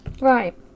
Right